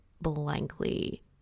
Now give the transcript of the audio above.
blankly